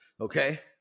Okay